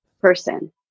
person